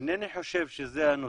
אינני חושב שזה הנושא,